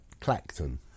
Clacton